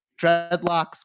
dreadlocks